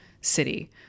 city